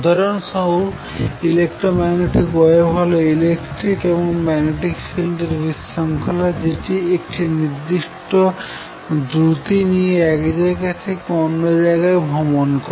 উদাহরণস্বরুপ electromagnetic wave হল electric এবং magnetic ফিল্ডের বিশৃঙ্খলা যেটি একটি নির্দিষ্ট দ্রুতি নিয়ে এক জায়গা থেকে অন্য জায়গায় ভ্রমন করে